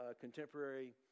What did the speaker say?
contemporary